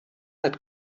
had